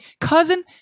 cousin